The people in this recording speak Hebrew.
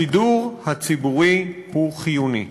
השידור הציבורי הוא חיוני.